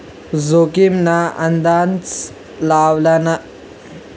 जोखीम ना अंदाज लावाना करता उत्पन्नाना परसार कर्ज लेवानी किंमत ना वापर करतस